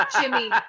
jimmy